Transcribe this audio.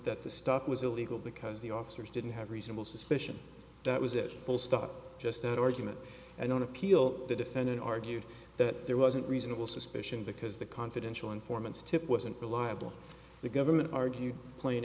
that the stuff was illegal because the officers didn't have reasonable suspicion that was it full stop just argument and on appeal the defendant argued that there wasn't reasonable suspicion because the confidential informants tip wasn't reliable the government argued pla